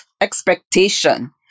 expectation